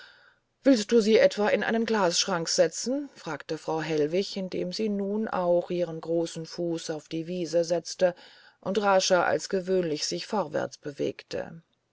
willst du sie etwa in den glasschrank setzen fragte frau hellwig indem sie nun auch ihren großen fuß auf die wiese setzte und rascher als gewöhnlich sich vorwärts bewegte